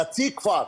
חצי כפר,